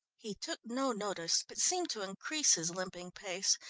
he took no notice, but seemed to increase his limping pace,